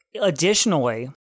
Additionally